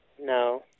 No